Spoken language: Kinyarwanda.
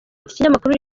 ikinyamakuru